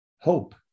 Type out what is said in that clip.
hope